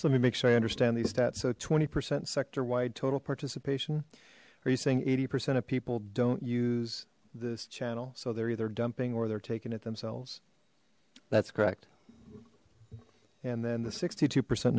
me make sure i understand these stats so twenty percent sector wide total participation are you saying eighty percent of people don't use this channel so they're either dumping or they're taking it themselves that's correct and then the sixty two percent